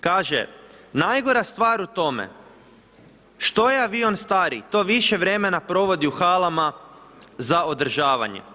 Kaže: „Najgora stvar u tome što je avion stariji to više vremena provodi u halama za održavanje.